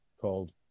called